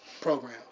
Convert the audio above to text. Program